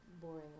boring